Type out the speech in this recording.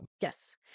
Yes